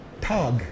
tag